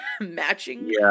matching